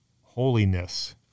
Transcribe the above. holiness